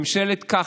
ממשלת ככה.